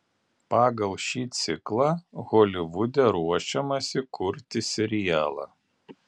pagal šį ciklą holivude ruošiamasi kurti serialą